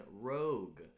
Rogue